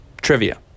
trivia